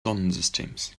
sonnensystems